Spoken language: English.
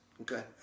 Okay